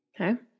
Okay